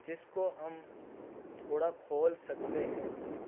جس کو ہم تھوڑا کھول سکتے ہیں